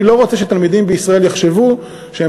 אני לא רוצה שתלמידים בישראל יחשבו שהם